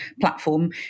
platform